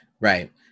Right